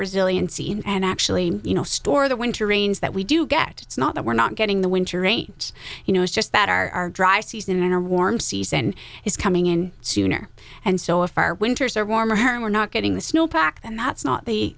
resiliency and actually you know store the winter rains that we do get it's not that we're not getting the winter range you know it's just that our dry season and our warm season is coming in sooner and so if our winters are warmer and we're not getting the snow pack and that's not the